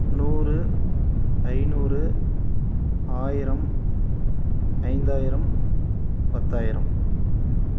நூறு ஐநூறு ஆயிரம் ஐந்தாயிரம் பத்தாயிரம்